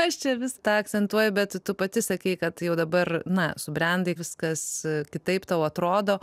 aš čia vis tą akcentuoja bet tu pati sakei kad jau dabar na subrendai viskas kitaip tau atrodo